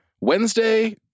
Wednesday